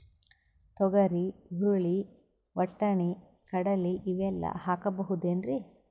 ತೊಗರಿ, ಹುರಳಿ, ವಟ್ಟಣಿ, ಕಡಲಿ ಇವೆಲ್ಲಾ ಹಾಕಬಹುದೇನ್ರಿ?